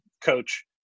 coach